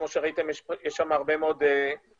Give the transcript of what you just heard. כפי שראיתם יש שם הרבה מאוד אתגרים,